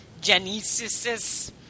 genesis